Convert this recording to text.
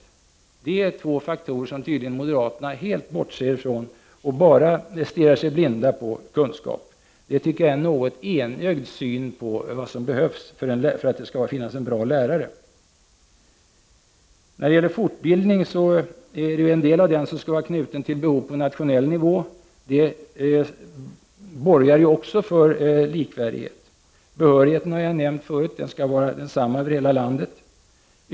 Det är två faktorer som moderaterna tydligen helt bortser från: De stirrar sig blinda på kunskap. Det tycker jag är en något ensidig syn på vad som behövs för att vara en bra lärare. En del av fortbildningen skall vara knuten till behov på nationell nivå. Det borgar också för likvärdighet. Behörigheten har jag nämnt förut — den skall vara densamma över hela landet.